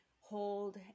hold